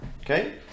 Okay